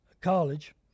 College